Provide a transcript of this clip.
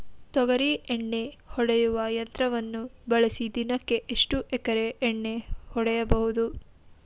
ತೊಗರಿ ಎಣ್ಣೆ ಹೊಡೆಯುವ ಯಂತ್ರವನ್ನು ಬಳಸಿ ದಿನಕ್ಕೆ ಎಷ್ಟು ಎಕರೆ ಎಣ್ಣೆ ಹೊಡೆಯಬಹುದು?